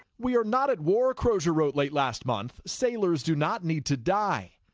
we are not at war crozier wrote late last month. sailors do not need to die.